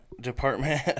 department